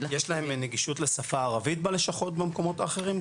יש להם נגישות לשפה הערבית במקומות האחרים?